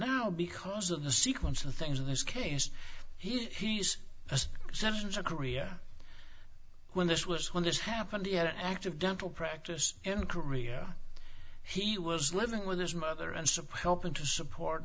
now because of the sequence of things in this case he's certain to korea when this was when this happened he had an active dental practice in korea he was living with his mother and support helping to support